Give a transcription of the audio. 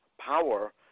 power